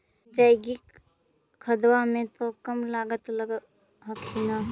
जैकिक खदबा मे तो कम लागत लग हखिन न?